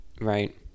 Right